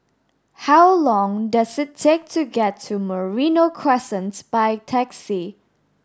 how long does it take to get to Merino Crescent by taxi